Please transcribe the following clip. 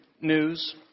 news